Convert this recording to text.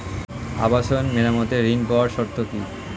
আবাসন মেরামতের ঋণ পাওয়ার শর্ত কি?